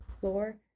floor